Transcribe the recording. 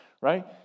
right